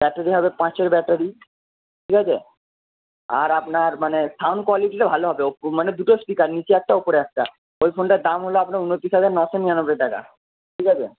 battery হবে পাঁচের battery ঠিক আছে আর আপনার মানে সাউন্ড কোয়ালিটিটা ভালো হবে মানে দুটো স্পিকার নীচে একটা উপরে একটা ওই ফোনটার দাম হল আপনার উনতিরিশ হাজার নশো নিরানব্বই টাকা ঠিক আছে